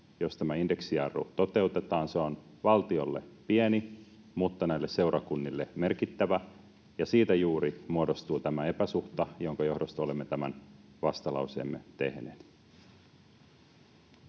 jos tämä indeksijarru toteutetaan, on valtiolle pieni mutta näille seurakunnille merkittävä, ja juuri siitä muodostuu tämä epäsuhta, jonka johdosta olemme tämän vastalauseemme tehneet.